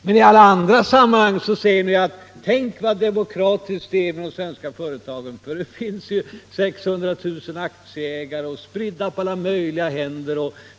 Men i alla andra sammanhang säger ni: ”Tänk vad demokratiskt det är i de svenska företagen, för det finns ju 600 000 aktieägarna och aktierna är spridda på en massa händer.